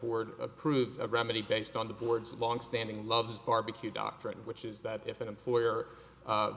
board approved a remedy based on the board's longstanding loves barbecue doctrine which is that if an employer